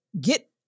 get